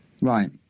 Right